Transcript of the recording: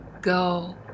go